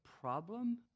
problem